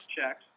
checks